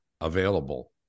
available